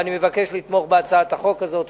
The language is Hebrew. ואני מבקש לתמוך בהצעת החוק הזאת.